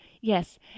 Yes